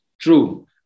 True